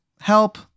help